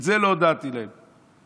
את זה לא הודעתי להם, נכון?